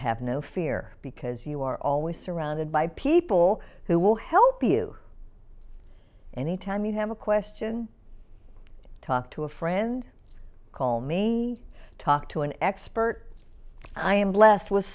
have no fear because you are always surrounded by people who will help you any time you have a question talk to a friend call me talk to an expert i am blessed with